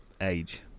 Age